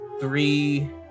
three